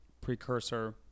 precursor